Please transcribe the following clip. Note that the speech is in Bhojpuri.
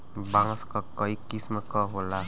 बांस क कई किसम क होला